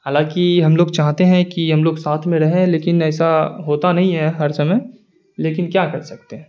حالانکہ ہم ہوگ چاہتے ہیں کہ ہم لوگ ساتھ میں رہیں لیکن ایسا ہوتا نہیں ہے ہر سمے لیکن کیا کر سکتے ہیں